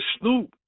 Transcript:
Snoop